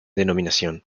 denominación